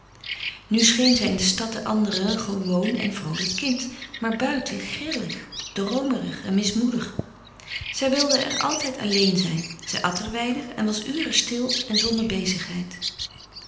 scheen zij in de stad den anderen een gewoon en vroolijk kind maar buiten grillig droomerig en mismoedig zij wilde er altijd alleen zijn zij at er weinig en was uren stil en zonder bezigheid